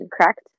correct